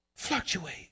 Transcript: Fluctuate